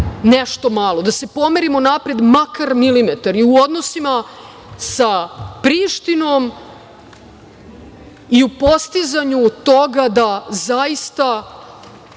nešto malo, da se pomerimo napred makar milimetar i u odnosima sa Prištinom i u postizanju toga da se